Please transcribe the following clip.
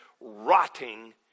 rotting